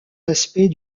aspects